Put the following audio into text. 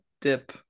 dip